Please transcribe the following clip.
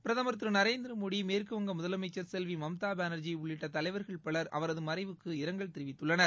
பிரதமர் திருநரேந்திரமோடி மேற்குவங்கமுதலமைச்சர் செல்விமம்தாபானர்ஜி உள்ளிட்டதலைவர்கள் பலர் அவரதுமறைவுக்கு இரங்கல் தெரிவித்துள்ளனர்